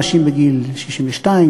נשים בגיל 62,